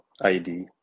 ID